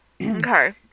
okay